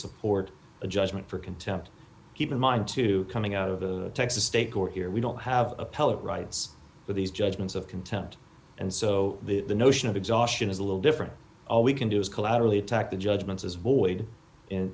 support a judgment for contempt keep in mind too coming out of the texas state court here we don't have appellate rights with these judgments of contempt and so the notion of exhaustion is a little different all we can do is collaterally attack the judgments as void in